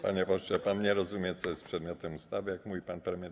Panie pośle, pan nie rozumie, co jest przedmiotem ustawy, jak mówi pan premier.